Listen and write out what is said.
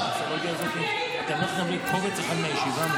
סבבה שיש לך רביזיה בוועדת החוקה,